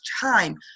time